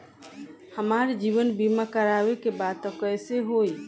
हमार जीवन बीमा करवावे के बा त कैसे होई?